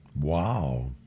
Wow